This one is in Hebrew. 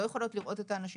לא יכולות לראות את האנשים.